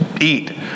eat